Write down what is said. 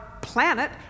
planet